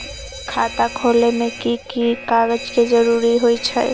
खाता खोले में कि की कागज के जरूरी होई छइ?